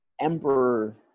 emperor